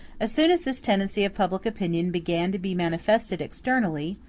as soon as this tendency of public opinion began to be manifested externally,